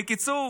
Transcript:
בקיצור,